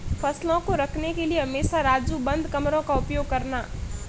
फसलों को रखने के लिए हमेशा राजू बंद कमरों का उपयोग करना